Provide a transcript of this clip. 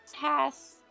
pass